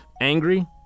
Angry